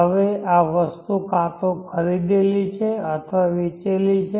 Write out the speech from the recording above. હવે આ વસ્તુ કાં તો ખરીદેલી છે અથવા વેચી છે